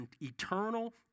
eternal